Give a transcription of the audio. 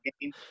game